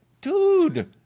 dude